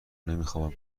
نمیخوابم